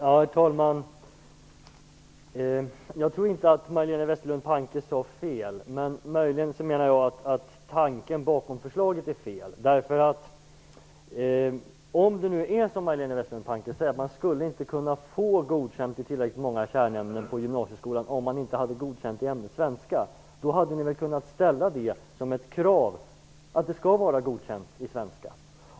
Herr talman! Jag tror inte att Majléne Westerlund Panke sade fel, men möjligen menar jag att tanken bakom förslaget är fel. Om det nu är så, som Majléne Westerlund Panke säger, att man inte skulle få godkänt i tillräckligt många kärnämnen på gymnasieskolan om man inte hade godkänt i ämnet svenska, hade ni väl kunnat ställa kravet att man skall ha godkänt i svenska.